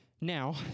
Now